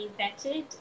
vetted